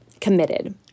committed